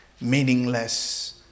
meaningless